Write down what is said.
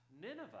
Nineveh